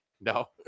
no